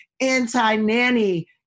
anti-nanny